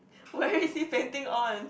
where is he painting on